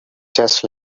just